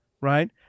right